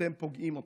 אתם פוגעים בהן.